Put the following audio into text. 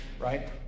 Right